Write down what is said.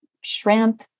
shrimp